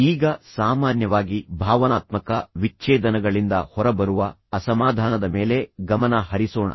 ಈಗ ಸಾಮಾನ್ಯವಾಗಿ ಭಾವನಾತ್ಮಕ ವಿಚ್ಛೇದನಗಳಿಂದ ಹೊರಬರುವ ಅಸಮಾಧಾನದ ಮೇಲೆ ಗಮನ ಹರಿಸೋಣ